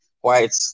white